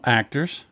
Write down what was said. actors